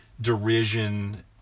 derision